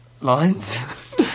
lines